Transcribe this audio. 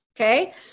okay